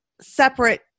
separate